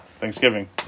Thanksgiving